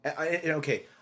Okay